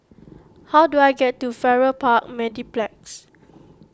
how do I get to Farrer Park Mediplex